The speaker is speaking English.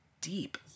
deep